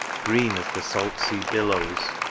green as the salt-sea billows,